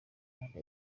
manda